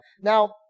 Now